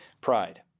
Pride